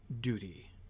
duty